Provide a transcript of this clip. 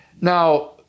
Now